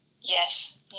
Yes